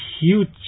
huge